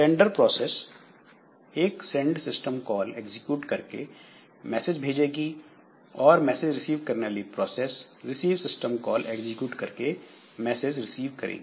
Sander process एक send system call execute करके message भेजेगी और मैसेज रिसीव करने वाली process receive system call execute करके मैसेज रिसीव करेगी